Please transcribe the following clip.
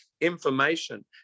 information